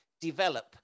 develop